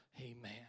Amen